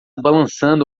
balançando